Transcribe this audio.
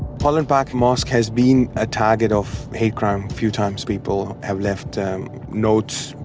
holland park mosque has been a target of hate crime a few times. people have left um notes,